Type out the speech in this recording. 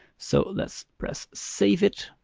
so let's press save it.